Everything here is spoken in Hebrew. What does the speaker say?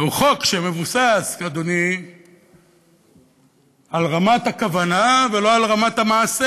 זה חוק שמבוסס על רמת הכוונה ולא על רמת המעשה.